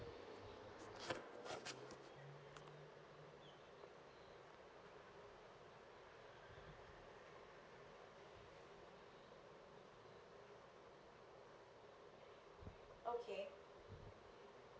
okay